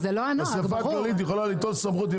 האספה הכללית יכולה ליטול סמכות,